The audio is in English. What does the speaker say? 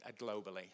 globally